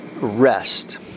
rest